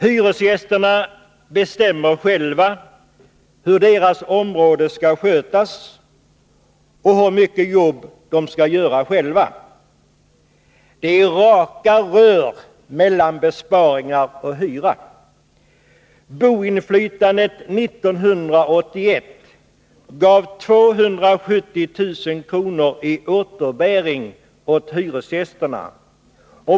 Hyresgästerna bestämmer själva hur deras område skall skötas och hur mycket jobb de skall göra själva. Det är raka rör mellan besparingar och hyra. 1981 gav boinflytandet 270 000 kr. i återbäring åt hyresgästerna.